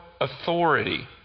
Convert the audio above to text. authority